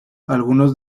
algunos